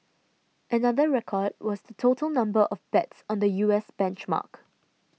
another record was the total number of bets on the U S benchmark